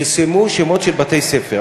פרסמו שמות של בתי-ספר.